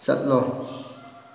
ꯆꯠꯂꯣ